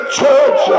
church